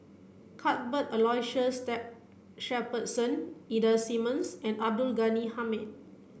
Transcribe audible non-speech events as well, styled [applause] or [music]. Cuthbert Aloysius [unintelligible] Shepherdson Ida Simmons and Abdul Ghani Hamid